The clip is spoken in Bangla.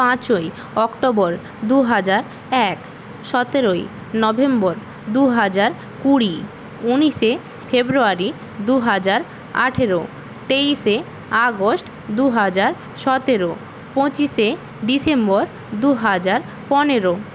পাঁচই অক্টোবর দু হাজার এক সতেরোই নভেম্বর দু হাজার কুড়ি উনিশে ফেব্রুয়ারি দু হাজার আঠারো তেইশে আগস্ট দু হাজার সতেরো পঁচিশে ডিসেম্বর দু হাজার পনেরো